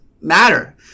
matter